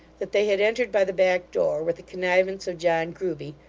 that they had entered by the back-door, with the connivance of john grueby,